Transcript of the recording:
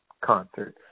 concert